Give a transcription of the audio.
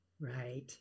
right